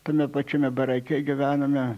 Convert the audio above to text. tame pačiame barake gyvenome